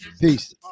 Peace